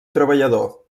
treballador